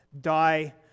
die